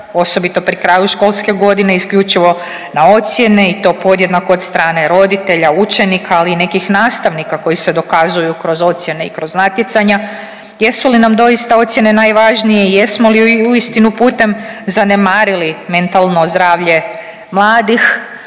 osobito pri kraju školske godine isključivo na ocjene i to podjednako od strane roditelja, učenika, ali i nekih nastavnika koji se dokazuju kroz ocjene i kroz natjecanja. Jesu li nam doista ocjene najvažnije i jesmo li uistinu putem zanemarili mentalno zdravlje mladih?